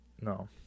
No